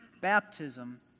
Baptism